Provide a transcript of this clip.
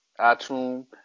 iTunes